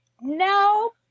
No